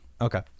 Okay